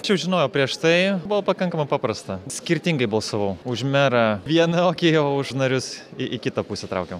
aš jau žinojau prieš tai buvo pakankamai paprasta skirtingai balsavau už merą vieną okėj o už narius į į kitą traukiau